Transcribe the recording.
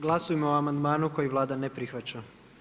Glasujmo o amandmanu koji Vlada ne prihvaća.